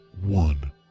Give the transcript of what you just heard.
one